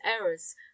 errors